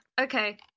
okay